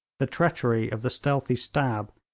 the treachery of the stealthy stab,